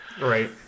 Right